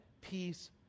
peace